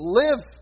live